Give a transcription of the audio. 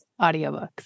audiobooks